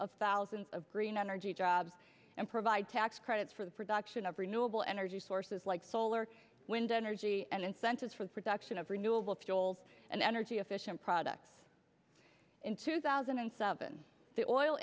of thousands of green energy jobs and provide tax credits for the production of renewable energy sources like solar wind energy and incentives for the production of renewable fuel and energy efficient products in two thousand and seven the oil